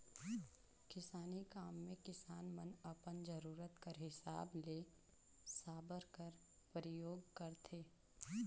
किसानी काम मे किसान मन अपन जरूरत कर हिसाब ले साबर कर परियोग करथे